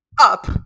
up